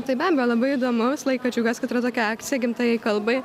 tai be abejo labai įdomu visą laiką džiaugiuosi kad yra tokia akcija gimtajai kalbai